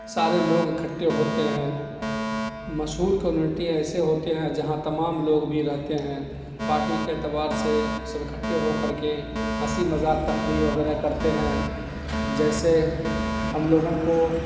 سارے لوگ اکھٹے ہوتے ہیں مشہور کمیونٹی ایسے ہوتے ہیں جہاں تمام لوگ بھی رہتے ہیں پارٹی کے اعتبار سے سب اکھٹے ہو کر کے ہنسی مذاق تفریح وغیرہ کرتے ہیں جیسے ہم لوگوں کو